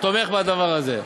תומך בדבר הזה.